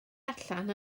allan